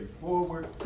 forward